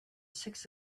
six